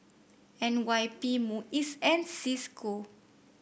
N Y P MUIS and Cisco